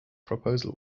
proposal